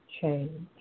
change